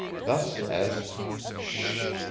thus as shhh!